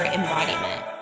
embodiment